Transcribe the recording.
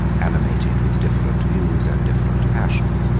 animated with different views and different passions,